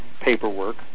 paperwork